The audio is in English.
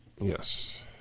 Yes